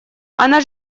она